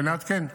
ונעדכן.